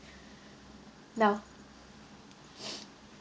no